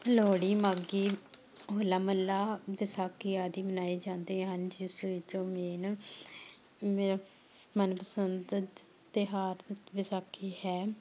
ਲੋਹੜੀ ਮਾਘੀ ਹੋਲਾ ਮਹੱਲਾ ਵਿਸਾਖੀ ਆਦਿ ਮਨਾਏ ਜਾਂਦੇ ਹਨ ਜਿਸ ਵਿੱਚੋਂ ਮੇਨ ਮੇਰਾ ਮਨਪਸੰਦ ਤਿਉਹਾਰ ਵਿਸਾਖੀ ਹੈ